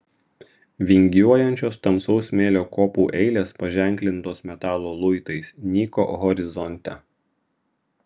vingiuojančios tamsaus smėlio kopų eilės paženklintos metalo luitais nyko horizonte